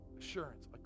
assurance